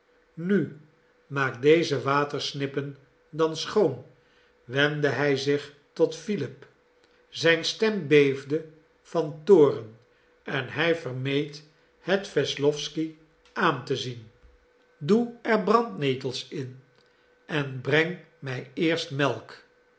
nu maak deze watersnippen dan schoon wendde hij zich tot philip zijn stem beefde van toorn en hij vermeed het wesslowsky aan te zien doe er brandnetels in en breng mij eerst melk